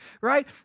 right